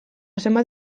zenbat